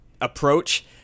approach